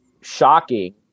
shocking